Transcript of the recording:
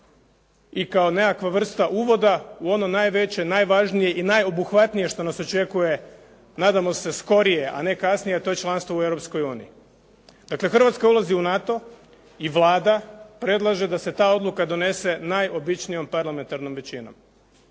I kao nekakva vrsta uvoda u ono najveće, najvažnije i najobuhvatnije što nas očekuje nadamo se skorije, a ne kasnije, a to je članstvo u Europskoj uniji. Dakle, Hrvatska ulazi u NATO i Vlada predlaže da se ta odluka donese najobičnijom parlamentarnom većinom